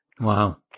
Wow